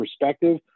perspective